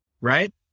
right